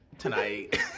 tonight